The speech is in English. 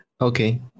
Okay